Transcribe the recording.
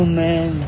man